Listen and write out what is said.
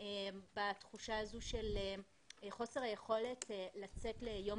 בתחושה הזו של חוסר יכולת לצאת ליום